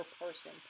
person